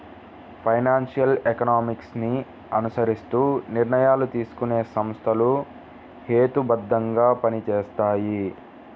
financial economics ని అనుసరిస్తూ నిర్ణయాలు తీసుకునే సంస్థలు హేతుబద్ధంగా పనిచేస్తాయి